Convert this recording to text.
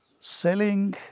selling